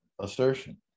assertion